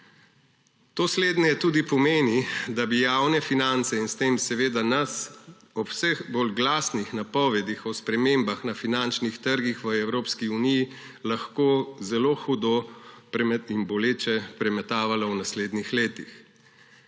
To slednje tudi pomeni, da bi javne finance in s tem seveda nas, ob vseh bolj glasnih napovedih o spremembah na finančnih trgih v Evropski uniji, lahko zelo hudo in boleče premetavalo v naslednjih letih.